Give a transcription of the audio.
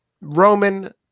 Roman